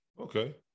Okay